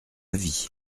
vie